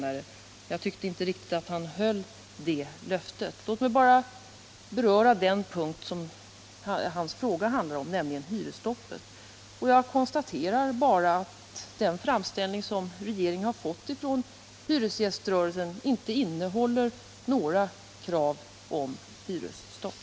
Jag tycker inte att han riktigt höll det löftet. Låt mig bara beröra det som hans fråga handlar om, nämligen hyresstoppet. Jag bara konstaterar att den framställning söm regeringen fått från hyresgäströrelsen inte innehåller några krav på hyresstopp.